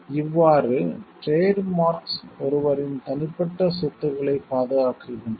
இவ்வாறு trade marks ஒருவரின் தனிப்பட்ட சொத்துக்களைப் பாதுகாக்கின்றன